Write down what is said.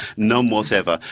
none whatever.